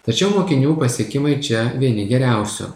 tačiau mokinių pasiekimai čia vieni geriausių